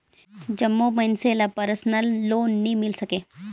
जम्मो मइनसे ल परसनल लोन नी मिल सके